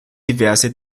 diverse